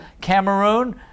Cameroon